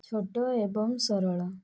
ଛୋଟ ଏବଂ ସରଳ